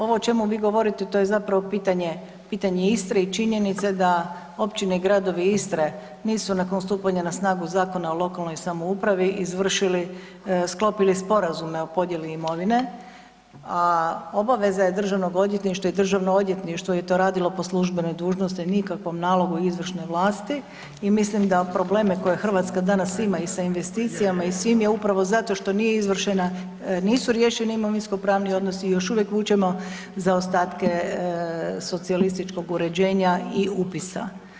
Ovo o čemu vi govorite, to je zapravo pitanje Istre i činjenice da općine i gradovi Istre nisu nakon stupanja na snagu Zakona o lokalnoj samoupravi izvršili, sklopili sporazume o podjeli imovine, a obaveza je DORH-a i DORH je to radilo po službenoj dužnosti, nikakvom nalogu izvršne vlasti i mislim da probleme koje Hrvatska danas ima i sa investicija i svim je upravo zato što nije izvršena, nisu riješeni imovinskopravni odnosi i još uvijek vučemo zaostatke socijalističkog uređenja i upisa.